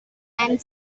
and